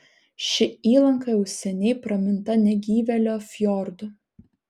ši įlanka jau seniai praminta negyvėlio fjordu